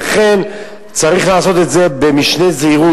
לכן צריך לעשות את זה במשנה זהירות.